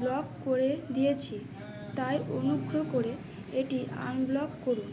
block করে দিয়েছি তাই অনুগ্রহ করে এটি আনব্লক করুন